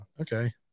Okay